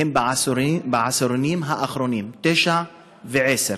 הם בעשירונים האחרונים, 9 ו-10,